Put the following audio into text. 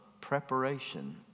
preparation